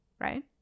right